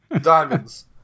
diamonds